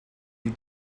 you